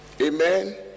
Amen